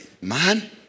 man